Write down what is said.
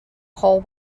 whole